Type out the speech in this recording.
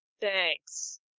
Thanks